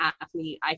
athlete